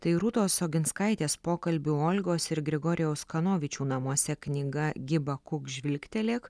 tai rūtos oginskaitės pokalbių olgos ir grigorijaus kanovičių namuose knyga giba kuk žvilgtelėk